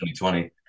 2020